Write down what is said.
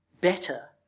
better